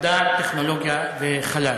מדע, טכנולוגיה וחלל.